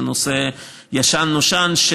זה נושא ישן נושן,